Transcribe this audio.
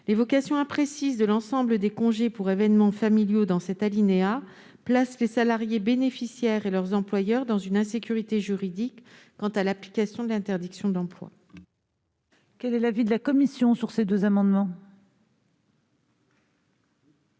L'évocation imprécise de l'ensemble des congés pour événements familiaux dans cet alinéa place les salariés bénéficiaires et leurs employeurs dans une insécurité juridique quant à l'application de l'interdiction d'emploi. Quel est l'avis de la commission ? L'amendement